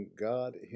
God